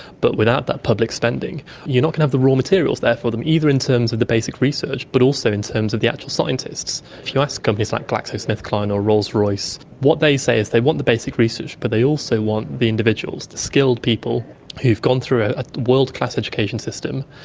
but without that public spending you're not going to have the raw materials there for them, either in terms of the basic research but also in terms of the actual scientists. if you ask companies like glaxosmithkline or rolls-royce, what they say is they want the basic research but they also want the individuals, the skilled people who've gone through a ah world class education system,